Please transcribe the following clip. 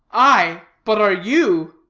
aye, but are you?